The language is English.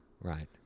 Right